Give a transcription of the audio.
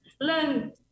learn